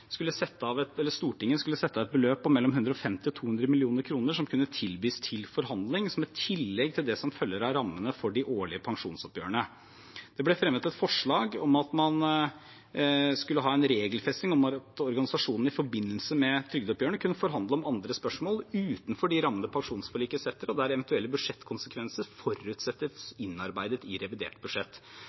Stortinget skulle sette av et beløp på mellom 150 og 200 mill. kr som kunne tilbys til forhandling som et tillegg til det som følger av rammene for de årlige pensjonsoppgjørene. Det ble fremmet et forslag om at man skulle ha en regelfesting om at organisasjonene i forbindelse med trygdeoppgjørene skal kunne forhandle om andre spørsmål utenfor de rammene pensjonsforliket setter, og der eventuelle budsjettkonsekvenser forutsettes innarbeidet i revidert budsjett.